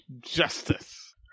Justice